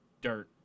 dirt